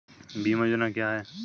बीमा योजना क्या है?